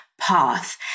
path